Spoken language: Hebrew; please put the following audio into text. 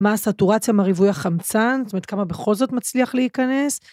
מה הסטורציה מה רבוי החמצן, זאת אומרת, כמה בכל זאת מצליח להיכנס